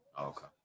Okay